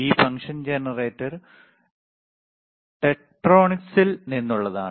ഈ function generator ടെക്ട്രോണിക്സിൽ നിന്നുള്ളതാണ്